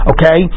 Okay